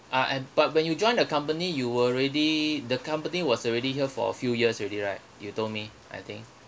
I~ but when you join the company you were already the company was already here for a few years already right you told me I think